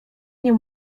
nim